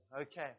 Okay